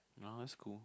now it's cool